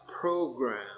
program